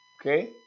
Okay